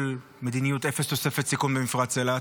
מדיניות אפס תוספת סיכון במפרץ אילת?